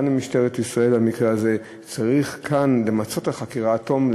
גם למשטרת ישראל במקרה הזה: צריך כאן למצות את החקירה עד תום.